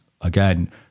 Again